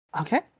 okay